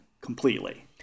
completely